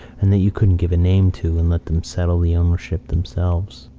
and that you couldnt give a name to, and let them settle the ownership themselves.